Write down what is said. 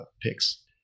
picks